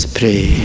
pray